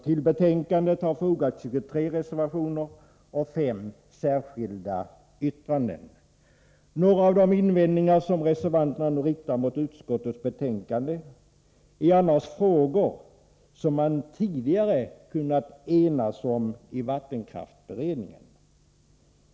Till betänkandet har nämligen fogats 23 reservationer och 5 särskilda yttranden. Några av de invändningar som reservanterna riktar mot utskottets betänkande är annars frågor som man tidigare kunnat enas om i vattenkraftsberedningen.